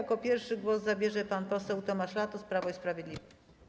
Jako pierwszy głos zabierze pan poseł Tomasz Latos, Prawo i Sprawiedliwość.